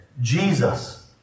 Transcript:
Jesus